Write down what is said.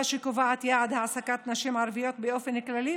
שקובעת יעד העסקת נשים ערביות באופן כללי,